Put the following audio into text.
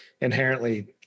inherently